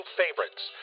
favorites